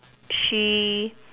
she